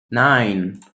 nine